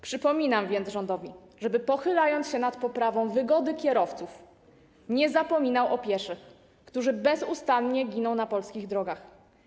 Przypominam więc rządowi, żeby pochylając się nad poprawą wygody kierowców, nie zapominał o pieszych, którzy bezustannie giną na polskich drogach.